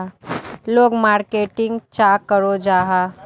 लोग मार्केटिंग चाँ करो जाहा?